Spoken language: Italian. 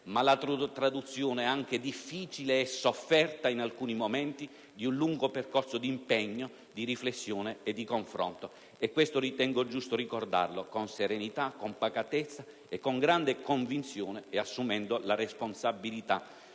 ma la traduzione, anche difficile e sofferta in alcuni momenti, di un lungo percorso di impegno, di riflessione e confronto. Questo ritengo giusto ricordarlo, con serenità, con pacatezza e con grande convinzione, assumendo la responsabilità,